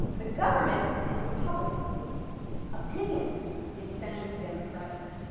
the government is republican opinion is essentially democratic.